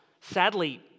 Sadly